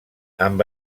amb